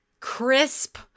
Crisp